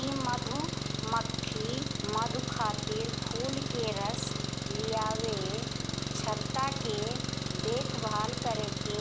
इ मधुमक्खी मधु खातिर फूल के रस लियावे, छत्ता के देखभाल करे के